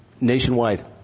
nationwide